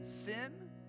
sin